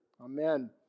amen